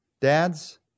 Dads